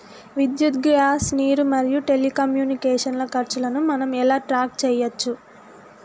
విద్యుత్ గ్యాస్ నీరు మరియు టెలికమ్యూనికేషన్ల ఖర్చులను మనం ఎలా ట్రాక్ చేయచ్చు?